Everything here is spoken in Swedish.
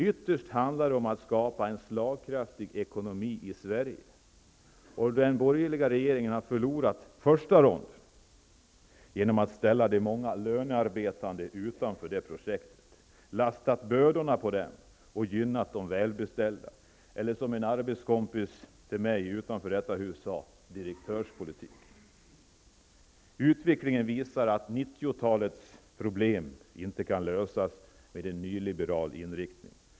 Ytterst handlar det om att skapa en slagkraftig ekonomi i Sverige. Den borgerliga regeringen har förlorat den första ronden genom att ställa de många lönearbetarna utanför projektet. Man har lastat bördorna på lönearbetarna och gynnat de välbeställda och fört, som en arbetskamrat till mig utanför detta hus sade, direktörspolitik. Utvecklingen visar att 90-talets problem inte kan lösas med en nyliberal inriktning.